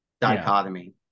dichotomy